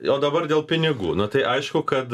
o dabar dėl pinigų na tai aišku kad